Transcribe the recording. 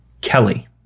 Kelly